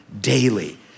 daily